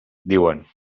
diuen